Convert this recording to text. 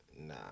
Nah